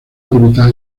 órbita